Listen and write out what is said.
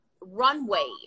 Runway